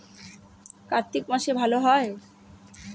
কার্তিক মাসে ভালো হয়?